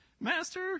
master